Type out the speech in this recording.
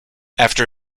after